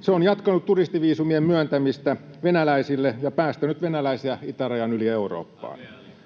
Se on jatkanut turistiviisumien myöntämistä venäläisille ja päästänyt venäläisiä itärajan yli Eurooppaan.